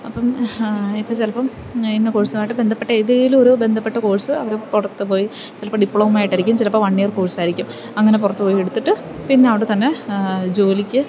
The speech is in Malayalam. അപ്പോള് ഇപ്പോള് ചിലപ്പോള് ഇന്ന കോഴ്സുമായിട്ട് ബന്ധപ്പെട്ട ഏതേലും ഒരു ബന്ധപ്പെട്ട കോഴ്സ് അവര് പുറത്തു പോയി ചിലപ്പോള് ഡിപ്ലോമ ആയിട്ടായിരിക്കും ചിലപ്പോള് വൺ ഇയർ കോഴ്സായിരിക്കും അങ്ങനെ പുറത്തു പോയി എടുത്തിട്ട് പിന്ന അവിടെ തന്നെ ജോലിക്ക്